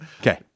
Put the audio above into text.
Okay